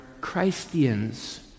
Christians